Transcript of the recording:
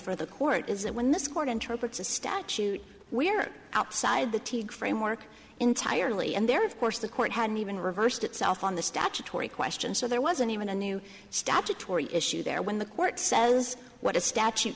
for the court is that when this court interprets a statute we are outside the teeth framework entirely and there of course the court hadn't even reversed itself on the statutory question so there wasn't even a new statutory issue there when the court says what a statute